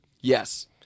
Yes